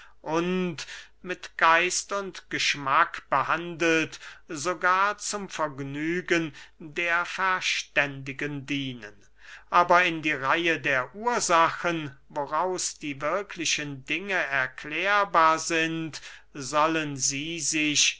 mit geist und geschmack behandelt sogar zum vergnügen der verständigen dienen aber in die reihe der ursachen woraus die wirklichen dinge erklärbar sind sollen sie sich